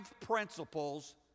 principles